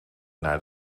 naar